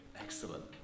Excellent